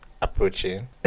approaching